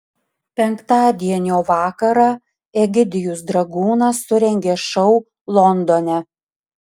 penktadienio vakarą egidijus dragūnas surengė šou londone